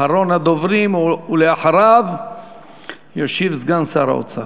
אחרון הדוברים, ואחריו ישיב סגן שר האוצר,